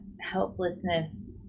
helplessness